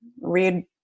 read